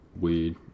weed